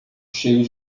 cheio